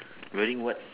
wearing what